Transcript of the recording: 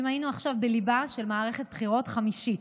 אם היינו עכשיו בליבה של מערכת בחירות חמישית?